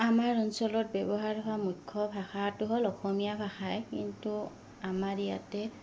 আমাৰ অঞ্চলত ব্যৱহাৰ হোৱা মুখ্য ভাষাটো হ'ল অসমীয়া ভাষাই কিন্তু আমাৰ ইয়াতে